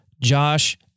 Josh